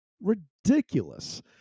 ridiculous